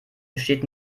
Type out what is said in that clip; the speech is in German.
besteht